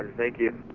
that you